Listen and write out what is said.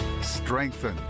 strengthen